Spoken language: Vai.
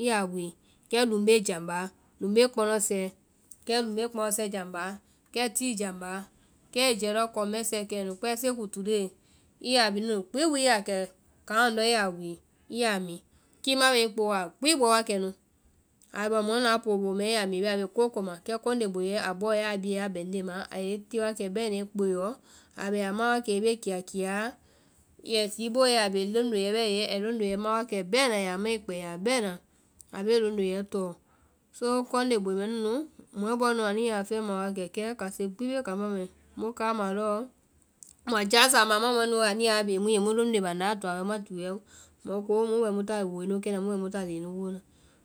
I yaa wii kɛ lumbe jámbaa, lumbe kpɔmɛsɛɛ, lumbe kpɔmɛsɛ jámbaa. kɛ tii jámbaa, kɛ ai jɛɛ lɔ kɔŋ mɛsɛɛ kɛ nu kpɛɛ, seku tulee, i ya bhii nu nu gbi wii, i yaa kɛ kaŋ lɔndɔ́ i yaa wii, i yaa mi, kima bɛ i booɔ a gbi bɔ wa kɛ nu. Ai bɔ mɔɛ nuã poo boi mɛɛ i ya mi bɛ a bee koo ko ma. Kɛ kɔnde boiɛ a bɔɔ ya a bie a bɛŋnde i ma, a yɛ i ti wa kɛ bɛna i kpooɔ, a yɛ i ma wa kɛ i bee kiya kiyaa, ai tii i booɔ i yaa bee londoeɛ bɛɛ ye, ai londoeɛ ma wa kɛ bɛ́na, a yaa mai kpɛa bɛ́na, a bee londoeɛ tɔɔ. So kɔnde boi mɛ nu nu mɔɛ bɔɔ nu a ya fɛma wa kɛ, kɛ́ kase gbi bee kambá, mu kaamaã lɔɔ mu jasa a ma muã mɔɛ nu wae anu ya wa bee mu ye, mu londoe banda a toa mua ti wɛ mɔkɔ mu bɛ mu ta leŋ nu woo na.